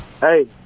hey